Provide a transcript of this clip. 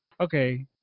okay